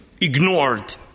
ignored